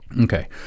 Okay